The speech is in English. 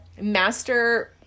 master